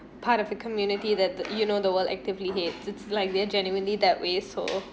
part of the community that the you know the world actively hate it's like they're genuinely that way so